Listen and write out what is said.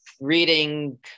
reading